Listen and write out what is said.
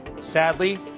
sadly